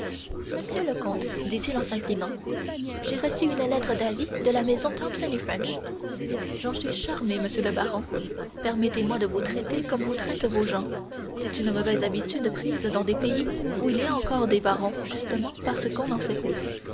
monsieur le comte dit-il en s'inclinant j'ai reçu une lettre d'avis de la maison thomson et french j'en suis charmé monsieur le baron permettez-moi de vous traiter comme vous traitent vos gens c'est une mauvaise habitude prise dans des pays où il y a encore des barons justement parce qu'on n'en fait plus